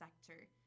sector